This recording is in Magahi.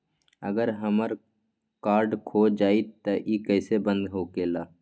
अगर हमर कार्ड खो जाई त इ कईसे बंद होकेला?